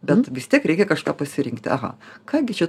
bet vis tiek reikia kažką pasirinkti aha ką gi čia